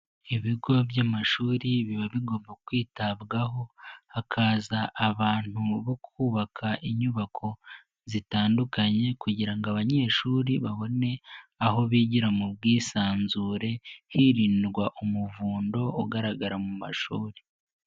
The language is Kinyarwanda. Ibigo by'amashuri biba bigomba kwitabwaho, hakaza abantu bo kubaka inyubako zitandukanye kugira ngo abanyeshuri babone aho bigira mu bwisanzure hirindwa umuvundo ugaragara mu mashuri.